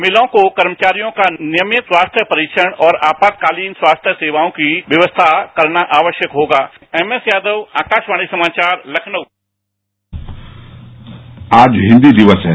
मिलों को कर्मचारियों का नियमित स्वास्थ्य परीक्षण और आपातकालीन स्वास्थ्य सेवाओं की व्यवस्था करना आवश्यक होगा एमएस यादव आकाशवाणी समाचार लखनऊ आज हिन्दी दिवस है